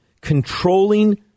controlling